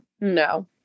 no